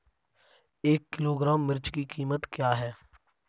एक किलोग्राम मिर्च की कीमत क्या है?